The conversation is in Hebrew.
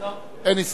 אין הסתייגויות.